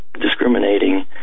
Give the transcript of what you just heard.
discriminating